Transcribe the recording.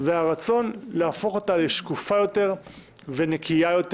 והרצון להפוך אותה לשקופה יותר ונקייה יותר.